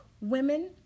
women